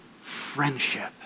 friendship